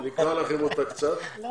אני